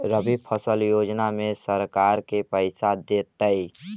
रबि फसल योजना में सरकार के पैसा देतै?